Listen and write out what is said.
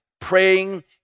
praying